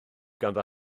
ganddo